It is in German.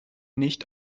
nicht